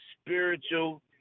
spiritual